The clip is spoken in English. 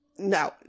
No